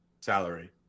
salary